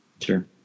Sure